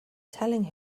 telling